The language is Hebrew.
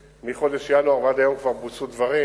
שמחודש ינואר ועד היום כבר בוצעו דברים